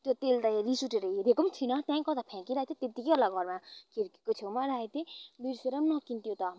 त्यो तेल त रिस उठेर हेरेको पनि छुइनँ त्यहीँ कता फ्याँकिराखेको थिएँ त्यत्तिकै होला घरमा खिड्कीको छेउमा राखेको थिएँ बिर्सेर पनि नकिन् त्यो त